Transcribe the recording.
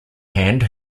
hand